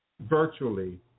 virtually